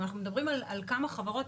אנחנו מדברים על כמה חברות,